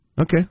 Okay